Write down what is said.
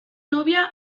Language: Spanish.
novia